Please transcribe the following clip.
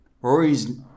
rory's